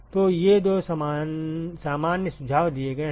तो ये दो सामान्य सुझाव दिए गए हैं